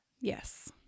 Yes